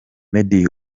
meddy